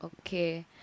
Okay